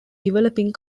developing